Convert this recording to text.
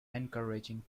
encouraging